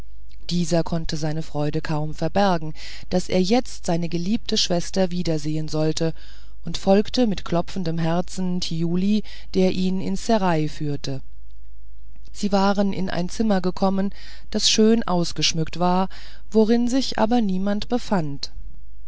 dieser konnte seine freude kaum verbergen daß er jetzt seine geliebte schwester wiedersehen solle und folgte mit klopfendem herzen thiuli der ihn ins serail führte sie waren in ein zimmer gekommen das schön ausgeschmückt war worin sich aber niemand befand